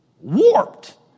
warped